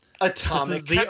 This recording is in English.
atomic